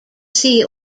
sea